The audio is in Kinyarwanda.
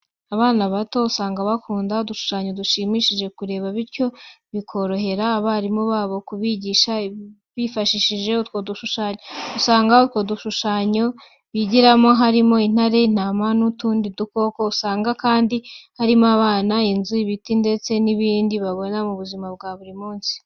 Abana bato usanga bakunda udushushanyo dushimishije kureba, bityo bikorohera abarimu babo kubigisha bifashishije utwo dushushanyo. Usanga utwo dushushanyo bigiramo harimo intare, intama n'utundi dukoko, usanga kandi harimo abana, inzu, ibiti, ndetse n'ibindi babona mu buzima bwa buri munsi.